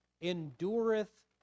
endureth